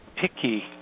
picky